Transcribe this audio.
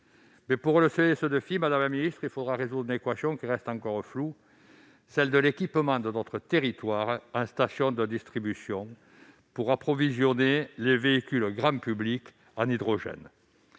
Pour relever ce défi, il faudra cependant résoudre une équation qui reste encore floue, celle de l'équipement de notre territoire en stations de distribution pour approvisionner les véhicules grand public en hydrogène.